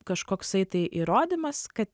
kažkoksai tai įrodymas kad